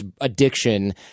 addiction